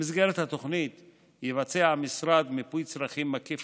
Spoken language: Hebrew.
במסגרת התוכנית יבצע המשרד מיפוי צרכים מקיף